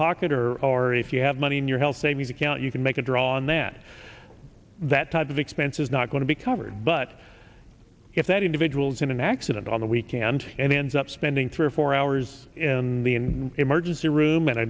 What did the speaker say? pocket or or if you have money in your health savings account you can make a drawing that that type of expense is not going to be covered but if that individual's in an accident on the weekend and ends up spending three or four hours in the in emergency room